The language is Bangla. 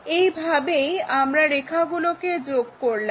এভাবেই আমরা রেখাগুলোকে যোগ করলাম